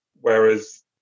whereas